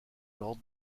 lord